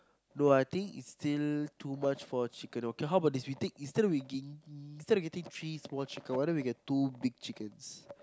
no I think it's still too much for a chicken okay how about this we take instead of we get getting three small chickens why don't we get two big chickens